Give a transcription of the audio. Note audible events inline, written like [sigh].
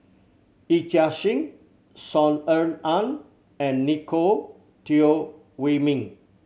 Yee Chia Hsing Saw Ean Ang and [unintelligible] Teo Wei Min